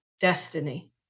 destiny